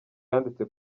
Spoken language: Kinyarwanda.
yanditse